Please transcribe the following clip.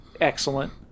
excellent